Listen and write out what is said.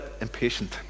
impatient